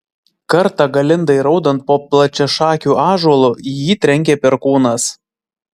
kartą galindai raudant po plačiašakiu ąžuolu į jį trenkė perkūnas